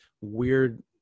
weird